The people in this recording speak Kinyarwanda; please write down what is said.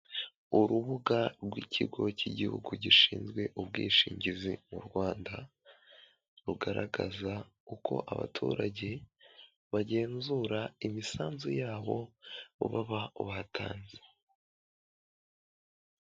Urubuga rw'ikigo cy'igihugu gishinzwe ubwishingizi mu Rwanda, rugaragaza uko abaturage bagenzura imisanzu yabo baba batanze.